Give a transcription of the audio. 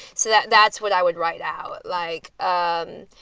so that's what i would write out like. um